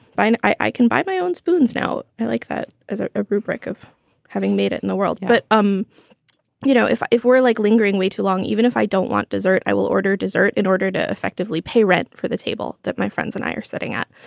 and i i can buy my own spoons now. i like that as a ah rubric of having made it in the world. but, um you know, if if we're like lingering way too long, even if i don't want dessert, i will order dessert in order to effectively pay rent for the table that my friends and i are sitting at.